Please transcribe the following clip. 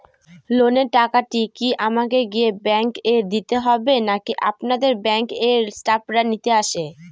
লোনের টাকাটি কি আমাকে গিয়ে ব্যাংক এ দিতে হবে নাকি আপনাদের ব্যাংক এর স্টাফরা নিতে আসে?